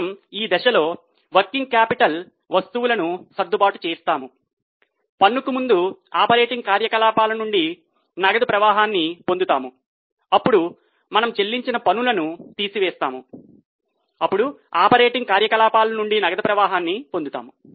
కాబట్టి మనము ఈ దశలో వర్కింగ్ క్యాపిటల్ వస్తువులను సర్దుబాటు చేస్తాము పన్నుకు ముందు ఆపరేటింగ్ కార్యకలాపాల నుండి నగదు ప్రవాహాన్ని పొందుతాము అప్పుడు మనము చెల్లించిన పన్నులను తీసివేస్తాము అప్పుడు ఆపరేటింగ్ కార్యకలాపాల నుండి నగదు ప్రవాహాన్ని పొందుతాము